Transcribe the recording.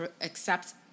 accept